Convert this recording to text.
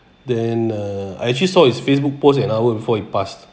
then uh I actually saw his facebook post an hour before he passed